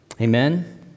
Amen